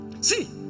See